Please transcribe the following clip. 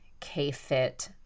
Kfit